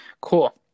cool